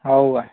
हाव काय